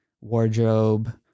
wardrobe